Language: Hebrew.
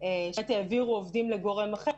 שהעבירו עובדים לגורם אחר,